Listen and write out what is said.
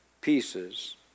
pieces